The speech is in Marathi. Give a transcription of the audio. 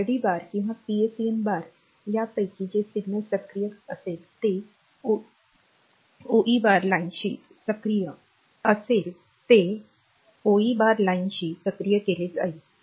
RD बार किंवा PSEN बार यापैकी जे सिग्नल सक्रिय असेल ते ओई बार लाइनशी सक्रिय केली जाईल